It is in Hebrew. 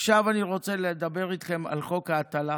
עכשיו אני רוצה לדבר אתכם על חוק ההטלה,